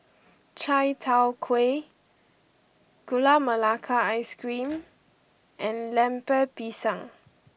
Chai Tow Kway Gula Melaka Ice Cream and Lemper Pisang